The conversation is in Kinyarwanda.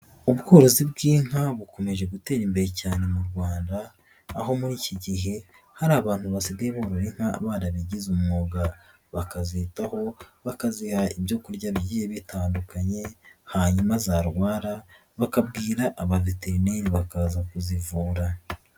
Ubworozi bw'inka bukomeje gutera imbere cyane mu Rwanda aho muri iki gihe hari abantu basigaye borora inka barabigize umwuga, bakazitaho bakaziha ibyo kurya bigiye bitandukanye hanyuma zarwara bakabwira abaveterineri bakaza kuzivura.